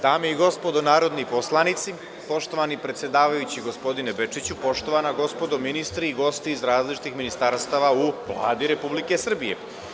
Dame i gospodo narodni poslanici, poštovani predsedavajući, gospodine Bečiću, poštovana gospodo ministri i gosti iz različitih ministarstava u Vladi Republike Srbije.